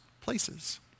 places